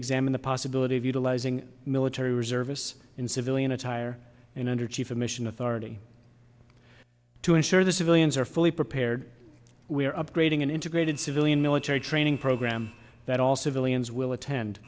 examine the possibility of utilizing military reservists in civilian attire and under chief of mission authority to ensure the civilians are fully prepared we are upgrading an integrated civilian military training program that all civilians will attend